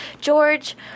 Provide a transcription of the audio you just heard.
George